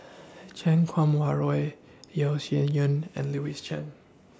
Chan Kum Wah Roy Yeo Shih Yun and Louis Chen